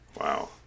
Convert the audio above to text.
Wow